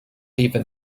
even